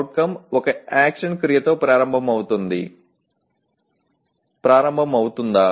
CO ఒక action క్రియతో ప్రారంభమవుతుందా